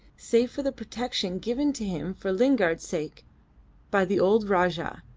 save for the protection given to him for lingard's sake by the old rajah,